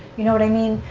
you know what i mean?